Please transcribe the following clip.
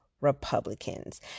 Republicans